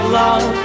love